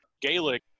Gaelic